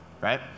right